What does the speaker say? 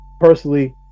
personally